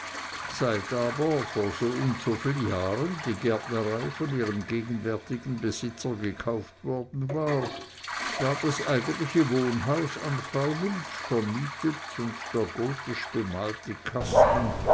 seit aber vor soundso viel jahren die gärtnerei von ihrem gegenwärtigen besitzer gekauft worden war war das eigentliche wohnhaus an frau nimptsch vermietet und der gotisch bemalte kasten